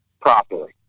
properly